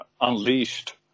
Unleashed